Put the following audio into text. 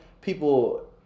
people